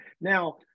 now